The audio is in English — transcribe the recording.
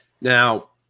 Now